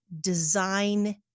design